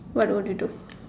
what would you do